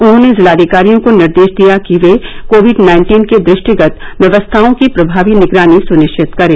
उन्होंने जिलाधिकारियों को निर्देश दिया कि वे कोविड नाइन्टीन के दृष्टिगत व्यवस्थाओं की प्रभावी निगरानी स्निश्चित करें